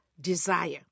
desire